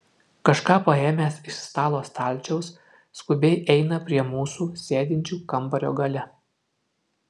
kažką paėmęs iš stalo stalčiaus skubiai eina prie mūsų sėdinčių kambario gale